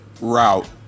route